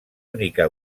única